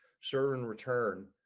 sure in return